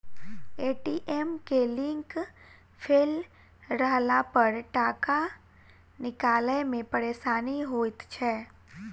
ATM के link fail रहलापर टाका निकालै मे परेशानी होइत छै